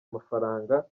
mafaranga